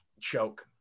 choke